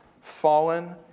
fallen